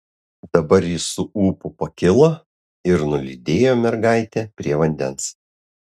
dabar jis su ūpu pakilo ir nulydėjo mergaitę prie vandens